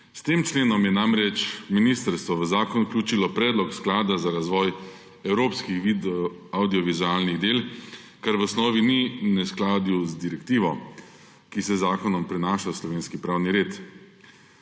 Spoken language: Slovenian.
S tem členom je namreč ministrstvo v zakon vključilo predlog sklada za razvoj evropskih avdiovizualnih del, kar v osnovni ni v neskladju z direktivo, ki se z zakonom prenaša v slovenski pravni red.